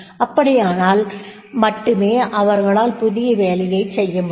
அப்படியானால் மட்டுமே அவர்களால் புதிய வேலகளைச் செய்ய முடியும்